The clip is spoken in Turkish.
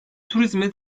turizme